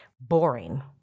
boring